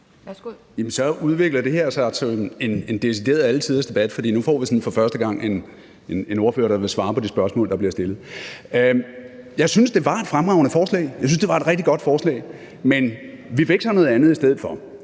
Så udvikler det her sig jo til en decideret alletiders debat, for nu får vi sådan for første gang en ordfører, der vil svare på de spørgsmål, der bliver stillet. Jeg synes, at det var et fremragende forslag, og jeg synes det var et rigtig godt forslag, men vi fik så noget andet i stedet for.